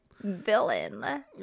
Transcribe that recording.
villain